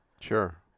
Sure